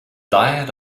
diet